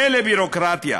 מילא ביורוקרטיה,